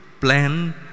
plan